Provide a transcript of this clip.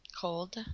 cold